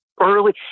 early